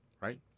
right